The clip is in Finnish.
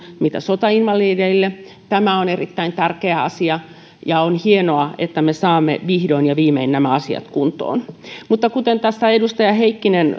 kuin sotainvalideille tämä on erittäin tärkeä asia ja on hienoa että me saamme vihdoin ja viimein nämä asiat kuntoon mutta kuten tässä edustaja heikkinen